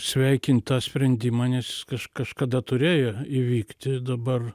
sveikint tą sprendimą nes is kažka kažkada turėjo įvykti dabar